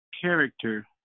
character